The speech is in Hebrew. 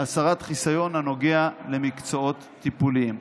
(הסרת חיסיון הנוגע למקצועות טיפוליים).